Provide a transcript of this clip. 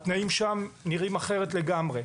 התנאים שם נראים אחרת לגמרי,